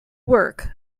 work